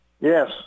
Yes